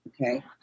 okay